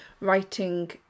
writing